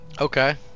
Okay